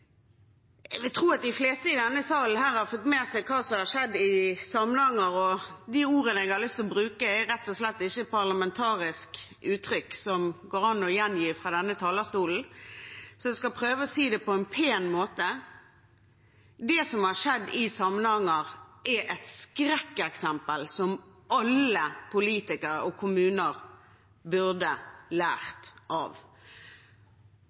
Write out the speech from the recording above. at de fleste i denne salen har fått med seg hva som har skjedd i Samnanger. De ordene jeg har lyst til å bruke, er rett og slett ikke parlamentariske uttrykk som det går an å gjengi fra denne talerstolen, så jeg skal prøve å si det på en pen måte: Det som har skjedd i Samnanger, er et skrekkeksempel som alle politikere og kommuner burde lære av.